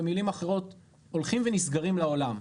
במילים אחרות, הולכים ונסגרים לעולם.